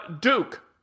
Duke